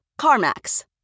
CarMax